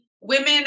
women